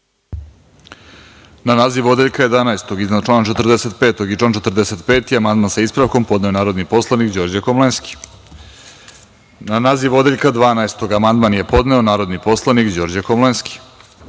Na naziv odeljka 11. iznad člana 45. i član 45. amandman, sa ispravkom, podneo je narodni poslanik Đorđe Komlenski. Na naziv odeljka 12. amandman je podneo narodni poslanik Đorđe Komlenski. Na